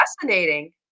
fascinating